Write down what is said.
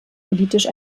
politisch